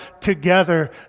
together